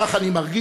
כך אני מרגיש,